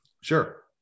Sure